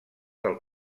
del